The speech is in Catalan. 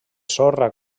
sorra